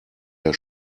der